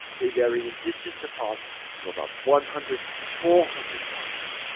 they vary in distance apart from about one hundred to four hundred miles.